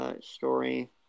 story